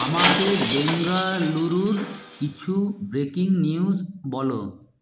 আমাকে বেঙ্গালুরুর কিছু ব্রেকিং নিউজ বলো